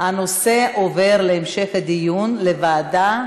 הנושא לוועדה